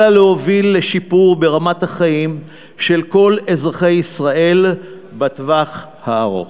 אלא להוביל לשיפור ברמת החיים של כל אזרחי ישראל בטווח הארוך.